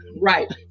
Right